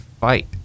fight